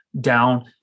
down